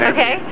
Okay